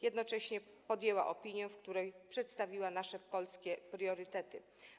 Jednocześnie podjęła opinię, w której przedstawiła nasze polskie priorytety.